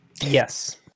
yes